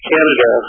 Canada